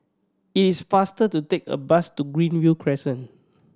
it is faster to take a bus to Greenview Crescent